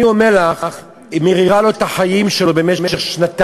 אני אומר לך, היא מיררה לו את החיים במשך שנתיים.